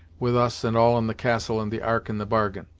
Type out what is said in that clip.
with us and all in the castle and the ark in the bargain.